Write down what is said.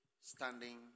standing